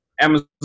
Amazon